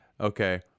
Okay